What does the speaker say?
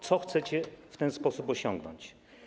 Co chcecie w ten sposób osiągnąć?